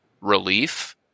relief